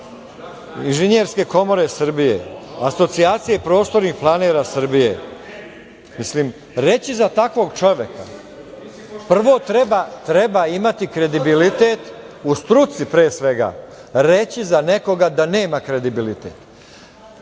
Inženjerske komore Srbije, Asocijacije prostornih planera Srbije. Mislim, reći za takvog čoveka, prvo treba imati kredibilitet u struci pre svega reći za nekoga da nema kredibilitet. Kolega